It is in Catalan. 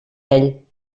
ell